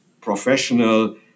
professional